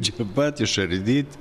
čia pat išardyt